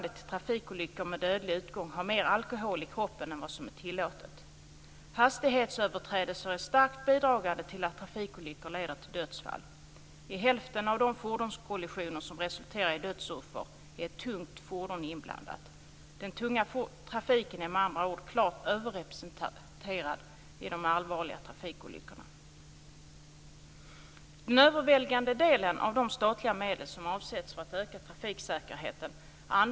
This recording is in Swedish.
Den första punkten avser satsning på de farligaste vägarna, och den sista punkten gäller att hitta alternativa finansieringsformer för byggande av nya vägar. Trafiksäkerhetsfrågorna har också börjat tilldra sig ett allt större intresse utomlands. I dagarna har Europakommissionen gjort nya uttalanden om hur den ser på trafiksäkerheten.